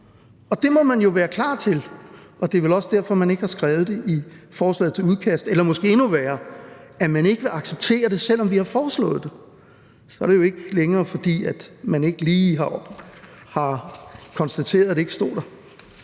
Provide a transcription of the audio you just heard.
og det må man jo være klar til. Det var også derfor, man ikke har skrevet det i forslaget til vedtagelse, eller måske endnu værre: at man ikke vil acceptere det, selv om vi har foreslået det. Så er det jo ikke længere, fordi man ikke lige har konstateret, at det ikke stod der.